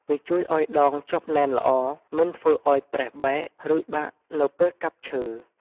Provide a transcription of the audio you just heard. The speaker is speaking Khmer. វាជួយឲ្យដងជាប់ណែនល្អ មិនធ្វើឲ្យប្រេះបែក ឬបាក់នៅពេលកាប់ឈើ ។